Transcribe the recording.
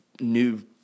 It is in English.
new